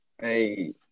Hey